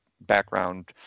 background